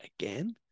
again